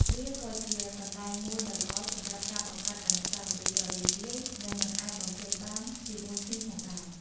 វាក៏ជាកន្លែងមួយដ៏ល្អសម្រាប់ការបង្កើតអនុស្សាវរីយ៍ ដ៏រីករាយ និងមិនអាចបំភ្លេចបានជាមួយគ្នាផងដែរ។